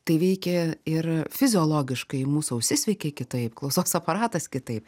tai veikia ir fiziologiškai mūsų ausis veikia kitaip klausos aparatas kitaip